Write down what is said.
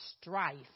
strife